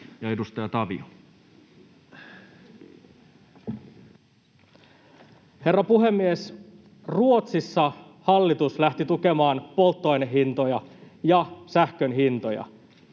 Herra puhemies! Ruotsissa hallitus lähti tukemaan polttoaineen hintoja ja sähkön hintoja.